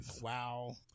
Wow